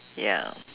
ya